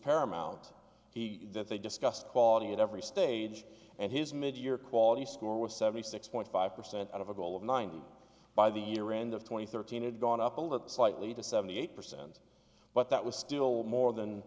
paramount he that they discussed quality at every stage and his midyear quality score was seventy six point five percent out of a goal of ninety by the year end of twenty thirteen it gone up a little slightly to seventy eight percent but that was still more than